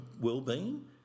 well-being